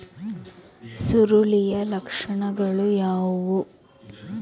ಸುರುಳಿಯ ಲಕ್ಷಣಗಳು ಯಾವುವು?